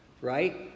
right